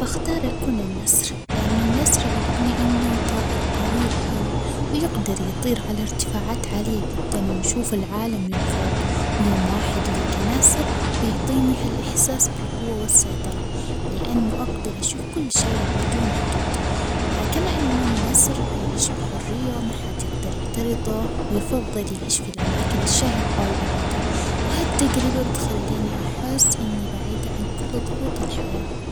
لو كنت مضطرة لزراعة الأكل بقدر أسوي هالشي، بزود حديقة صغيرة وأختار مكان مشمس وبزرع خضراوات مثل الطماطم والخيار واخترتهم لأنهم ينموا بسرعة وبجهز التربة والسماد وببذر البذور وبسقيها كل يوم وأراقبها ولما تنضج بقطفها وأستخدمها في الأكل والتجربة هذي بتكون ممتعة لأني باكل من جهد يدي.